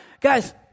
Guys